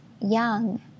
young